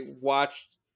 watched